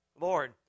Lord